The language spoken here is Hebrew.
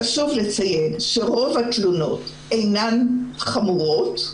חשוב לציין שרוב התלונות אינן חמורות.